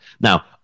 Now